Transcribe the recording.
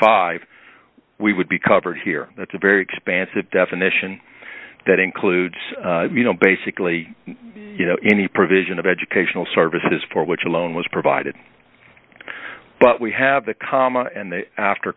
five we would be covered here that's a very expansive definition that includes you know basically you know any provision of educational services for which alone was provided but we have the comma and the after